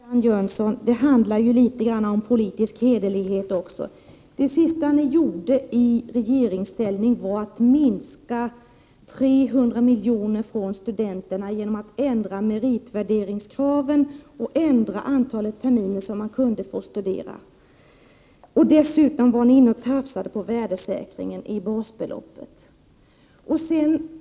Herr talman! Men, Marianne Jönsson, det handlar ju också litet grand om | politisk hederlighet. Det sista som ni gjorde i regeringsställning var att genomföra en minskning med 300 milj.kr. när det gäller studenterna. Ni ändrade meritvärderingskraven och antalet terminer som man kunde få | studera. Dessutom tafsade ni på värdesäkringen i fråga om basbeloppet.